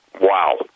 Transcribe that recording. wow